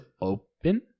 open